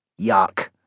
Yuck